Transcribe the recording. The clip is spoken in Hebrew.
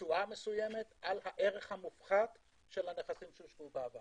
לשמונה שנים, וזה היה משהו שהתחילו לחשוב עליו